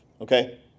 Okay